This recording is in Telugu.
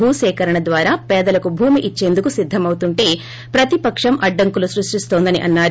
భూ సీకరణ చద్యారా పేదలకు భూమి ఇచ్చేందుకు సిద్ధం అవుతుంటే ప్రతిపక్షం అడ్డంకులు సృష్టిస్తుందని అన్నారు